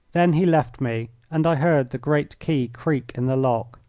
then he left me, and i heard the great key creak in the lock.